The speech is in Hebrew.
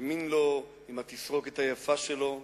האמין לו עם התסרוקת היפה שלו,